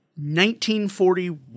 1941